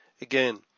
Again